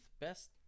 best